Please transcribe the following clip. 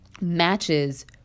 matches